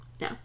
No